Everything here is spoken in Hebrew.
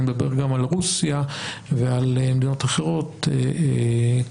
אני מדבר גם על רוסיה ועל מדינות אחרות כמובן,